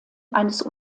eines